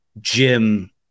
Jim